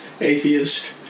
atheist